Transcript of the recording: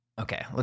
okay